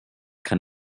kann